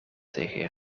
tegen